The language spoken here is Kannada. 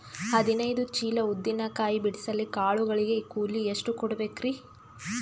ಹದಿನೈದು ಚೀಲ ಉದ್ದಿನ ಕಾಯಿ ಬಿಡಸಲಿಕ ಆಳು ಗಳಿಗೆ ಕೂಲಿ ಎಷ್ಟು ಕೂಡಬೆಕರೀ?